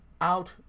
out